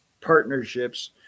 partnerships